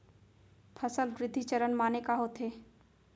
फसल वृद्धि चरण माने का होथे?